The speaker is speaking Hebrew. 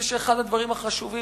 אני חושב שאחד הדברים החשובים,